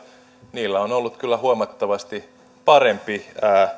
niillä on ollut kyllä huomattavasti parempi